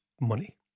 money